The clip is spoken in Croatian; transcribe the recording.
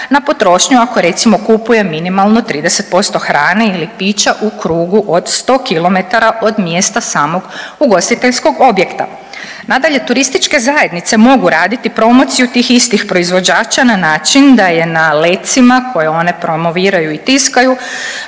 na potrošnju ako recimo kupuje minimalno 30% hrane ili pića u krugu od 100 km od mjesta samog ugostiteljskog objekta. Nadalje, turističke zajednice mogu raditi promociju tih istih proizvođača na način da je na lecima koje one promoviraju i tiskaju